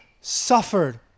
suffered